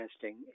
testing